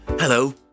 Hello